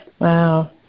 Wow